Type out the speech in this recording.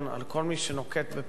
על כל מי שנוקט פעולה,